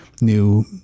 new